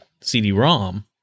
CD-ROM